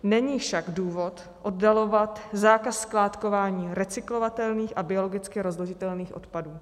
Není však důvod oddalovat zákaz skládkování recyklovatelných a biologicky rozložitelných odpadů.